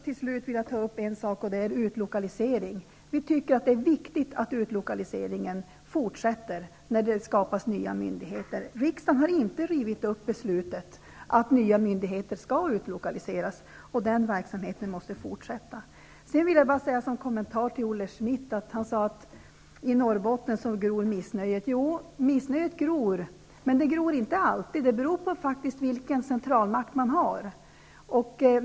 Till slut vill jag ta upp frågan om utlokalisering. Vi tycker att det är viktigt att utlokaliseringen fortsätter när det skapas nya myndigheter. Riksdagen har inte rivit upp beslutet att nya myndigheter skall utlokaliseras. Den verksamheten måste fortsätta. Sedan vill jag göra en kommentar till Olle Schmidt. Han säger att i Norrbotten gror missnöjet. Jo, missnöjet gror, men inte alltid. Det beror på vilken centralmakt man har.